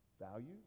values